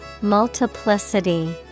Multiplicity